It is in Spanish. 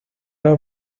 los